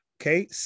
okay